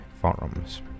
forums